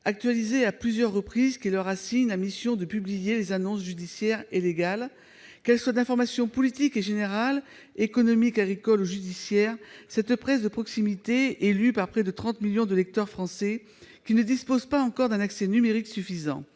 actualisée à plusieurs reprises, qui leur assigne la mission de publier les annonces judiciaires et légales, les AJL. Qu'elle soit d'information politique et générale, économique, agricole ou judiciaire, cette presse de proximité est lue par près de trente millions de lecteurs français, qui ne disposent pas encore d'un accès numérique suffisant.